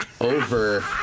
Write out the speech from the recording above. over